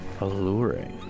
alluring